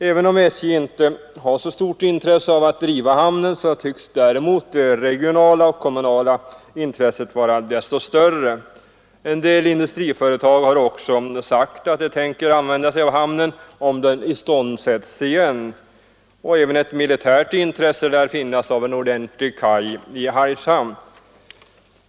Även om SJ inte har så stort intresse av att driva hamnen så tycks det regionala och kommunala intresset vara desto större. En del industriföretag har också sagt att de tänker använda hamnen om den iståndsätts igen. Även ett militärt intresse lär finnas av en ordentlig kaj i Hargshamn.